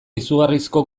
izugarrizko